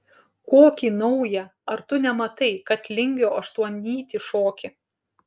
kokį naują ar tu nematai kad lingio aštuonnytį šoki